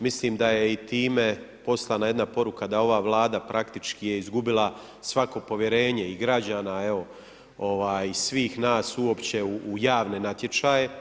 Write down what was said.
Mislim da je i time poslana jedna poruka da ova Vlada praktički je izgubila svako povjerenje i građana i svih nas uopće u javne natječaje.